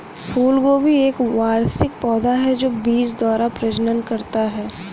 फूलगोभी एक वार्षिक पौधा है जो बीज द्वारा प्रजनन करता है